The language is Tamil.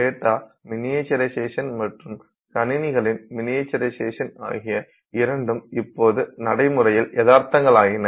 டேட்டா மினியேட்டரைசேஷன் மற்றும் கணினிகளின் மினியேட்டரைசேஷன் ஆகிய இரண்டும் இப்போது நடைமுறையில் யதார்த்தங்களாயின